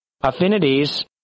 affinities